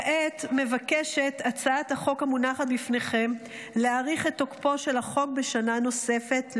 כעת מבקשת הצעת החוק המונחת לפניכם להאריך את תוקפו של החוק בשנה נוספת,